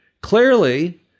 Clearly